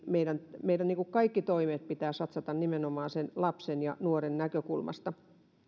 meidän meidän kaikki toimet pitää satsata nimenomaan siitä lapsen ja nuoren näkökulmasta